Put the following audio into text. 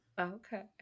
Okay